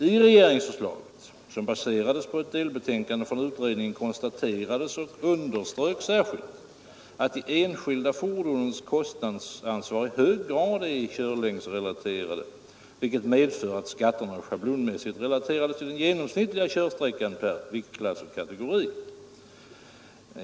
I regeringsförslaget, som baserades på ett delbetänkande från utredningen, konstaterades och underströks särskilt att de enskilda fordonens kostnadsansvar i hög grad är körlängdsberoende, vilket medför att skatterna är schablonmässigt relaterade till den genomsnittliga körsträckan per viktklass och kategori.